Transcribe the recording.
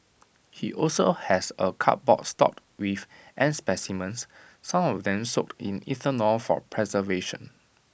he also has A cupboard stocked with ant specimens some of them soaked in ethanol for preservation